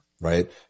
right